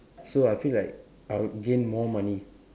so I feel like I would gain more money